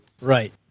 Right